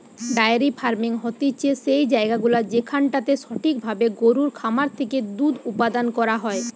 diary farming হতিছে সেই জায়গাগুলা যেখানটাতে সঠিক ভাবে গরুর খামার থেকে দুধ উপাদান করা হয়